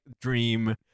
dream